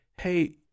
hey